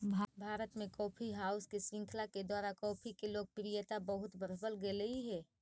भारत में coffee house के श्रृंखला के द्वारा कॉफी के लोकप्रियता बहुत बढ़बल गेलई हे